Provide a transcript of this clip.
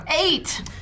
Eight